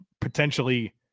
potentially